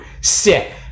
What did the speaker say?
sick